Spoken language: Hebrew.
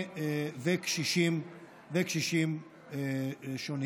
וקשישים שונים.